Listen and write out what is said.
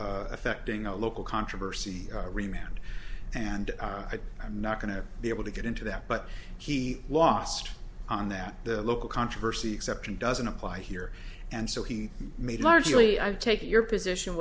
of affecting a local controversy remained and i'm not going to be able to get into that but he lost on that the local controversy exception doesn't apply here and so he made largely i take it your position